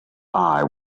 eye